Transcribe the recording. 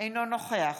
אינו נוכח